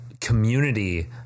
community